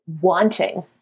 wanting